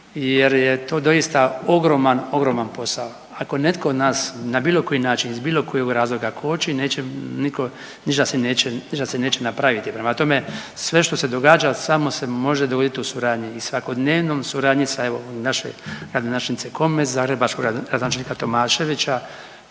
jer je to doista ogroman, ogroman posao. Ako netko nas na bilo koji način iz bilo kojeg razloga koči, neće nitko, ništa se neće, ništa se neće napraviti. Prema tome, sve što se događa samo se može dogoditi u suradnji i svakodnevnom suradnji sa evo, naše, gradonačelnice Komes, zagrebačkog gradonačelnika Tomaševića,